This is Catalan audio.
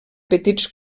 petits